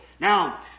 Now